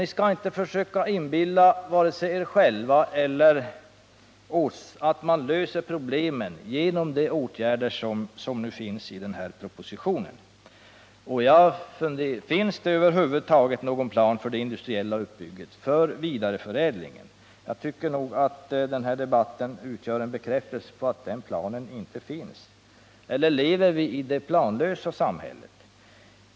Ni skall inte försöka inbilla vare sig er själva eller oss att man kan lösa problemen genom de åtgärder som föreslås i propositionen. Får jag fråga: Finns det över huvud taget någon plan för den industriella uppbyggnaden och för vidareförädlingen? Jag tycker nog att den här debatten utgör en bekräftelse på att en sådan plan inte finns. Lever vi i det planlösa samhället?